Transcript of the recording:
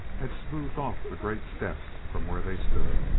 had smoothed off the great steps from where they stood,